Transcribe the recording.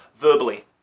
verbally